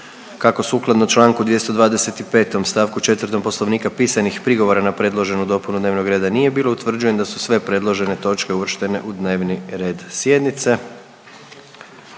Kako sukladno čl. 225. st. 4. poslovnika pisanih prigovora na predloženu dopunu dnevnog reda nije bilo utvrđujem da su sve predložene točke uvrštene u dnevni red sjednice,